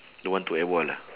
don't want to at war lah